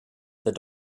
the